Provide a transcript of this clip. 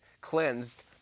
cleansed